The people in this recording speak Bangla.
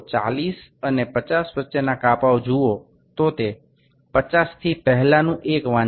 এটি ৫০ এর একটি পাঠ আগে এটি ৪৯ তম পাঠ